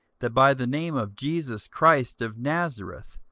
that by the name of jesus christ of nazareth,